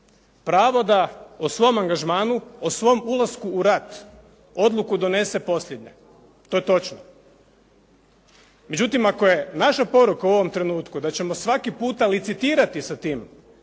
pravo da o svom angažmanu, o svom ulasku u rat odluku donese posljednja. To je točno. Međutim, ako je naša poruka u ovom trenutku da ćemo svaki puta licitirati sa tim,